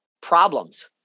problems